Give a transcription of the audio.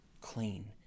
clean